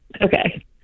Okay